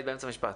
היית באמצע משפט.